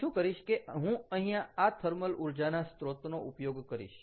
હું શું કરીશ કે હું અહીંયા આ થર્મલ ઊર્જાના સ્ત્રોતનો ઉપયોગ કરીશ